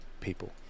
people